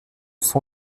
son